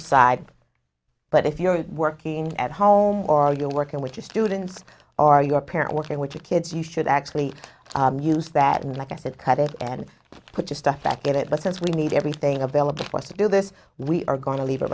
aside but if you're working at home or you're working with your students are your parent working with your kids you should actually use that and like i said cut it and put your stuff back get it but since we need everything available for us to do this we are going to leave it